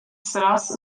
sraz